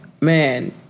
man